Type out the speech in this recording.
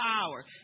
power